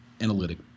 analytic